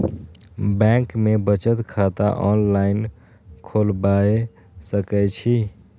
Bank में बचत खाता ऑनलाईन खोलबाए सके छी?